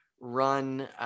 run